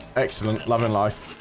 excellent loving life.